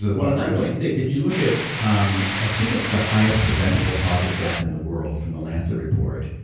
well nine point six, if you look at, um i think, it's the highest preventable cause of death in the world from the lancet report.